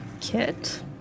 Kit